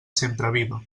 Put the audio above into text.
sempreviva